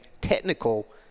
technical